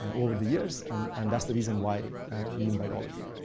over the years and and that's the reason why we invite all of you.